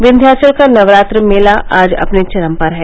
विन्याचल का नवरात्र मेला आज अपने चरम पर है